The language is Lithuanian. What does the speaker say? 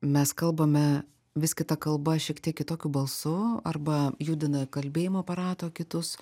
mes kalbame vis kita kalba šiek tiek kitokiu balsu arba judina kalbėjimo aparato kitus